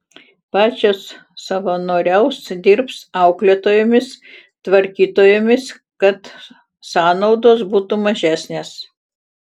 pačios savanoriaus dirbs auklėtojomis tvarkytojomis kad sąnaudos būtų mažesnės